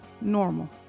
normal